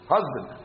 Husband